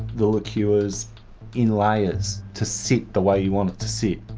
the liqueurs in layers, to sit the way you want it to sit?